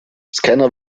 scanner